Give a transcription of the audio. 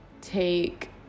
take